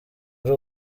ari